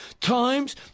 times